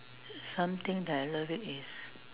something that I love it is